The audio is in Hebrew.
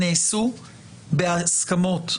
נעשו בהסכמות.